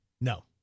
No